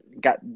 got